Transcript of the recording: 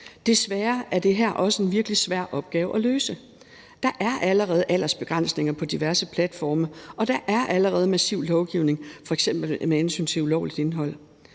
Desværre er det her også en virkelig svær opgave at løse. Der er allerede aldersbegrænsninger på diverse platforme, og der er allerede massiv lovgivning, f.eks. med hensyn til ulovligt indhold.